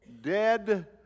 dead